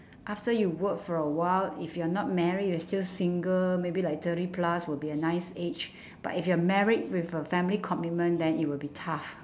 after you work for awhile if you're not married you're still single maybe like thirty plus would be a nice age but if you're married with a family commitment then it will be tough